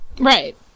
Right